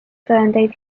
tõendeid